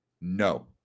no